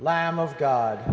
lamb of god